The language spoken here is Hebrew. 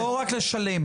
לא רק לשלם.